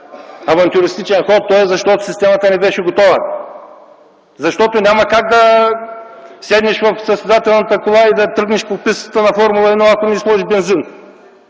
авантюристичен ход то е, защото системата не беше готова. Защото няма как да седнеш в състезателната кола и да тръгнеш по пистата на Формула-1, ако не сложиш бензин.